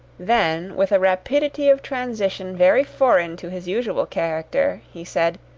then, with a rapidity of transition very foreign to his usual character, he said,